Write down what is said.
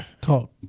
talk